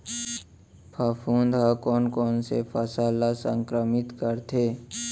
फफूंद ह कोन कोन से फसल ल संक्रमित करथे?